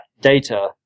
data